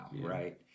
right